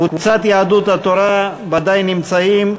קבוצת יהדות התורה ודאי נמצאים.